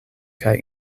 kaj